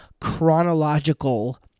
chronological